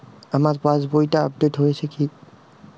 আমার পাশবইটা আপডেট হয়েছে কি?